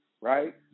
right